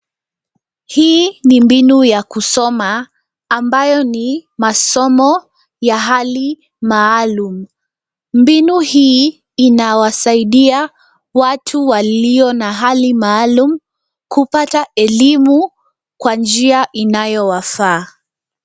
Hii ni mbinu ya kusoma, ambayo ni masomo ya hali maalumu. Mbinu hii inawasaidia watu walio na hali maalumu, kupata elimu kwa njia inayo wafaa.